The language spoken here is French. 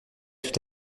tout